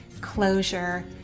closure